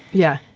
yeah,